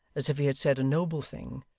as if he had said a noble thing,